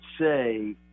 say